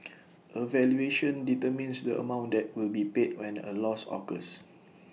A valuation determines the amount that will be paid when A loss occurs